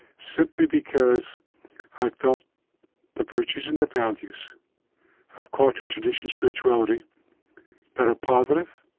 simply because i felt the virtues and the values of culture, tradition, spirituality that are positive